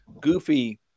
goofy